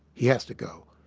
he has to go.